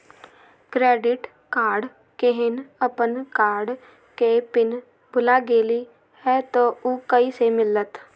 Credit card केहन अपन card के पिन भुला गेलि ह त उ कईसे मिलत?